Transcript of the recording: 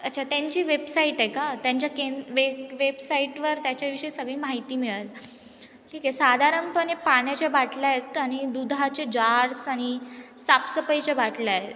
अच्छा त्यांची वेबसाईट आहे का त्यांच्या केन वे वेबसाईटवर त्याच्याविषयी सगळी माहिती मिळेल ठीक आहे साधारणपणे पाण्याच्या बाटल्या आहेत आणि दुधाचे जार्स आणि साफसफाईच्या बाटल्या आहेत